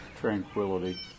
Tranquility